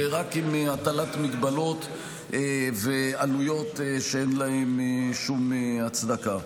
ורק עם הטלת מגבלות ועלויות שאין להן שום הצדקה.